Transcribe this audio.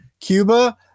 Cuba